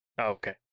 Okay